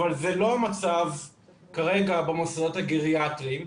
אבל זה לא המצב כרגע במוסדות הגריאטריים.